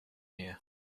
here